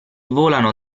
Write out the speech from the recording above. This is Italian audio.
volano